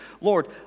Lord